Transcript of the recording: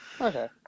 Okay